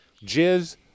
jizz